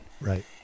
Right